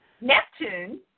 Neptune